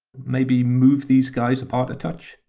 maybe move these guys apart a touch.